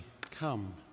come